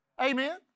Amen